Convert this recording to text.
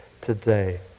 today